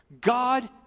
God